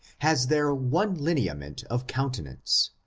has there one lineament of counte nance,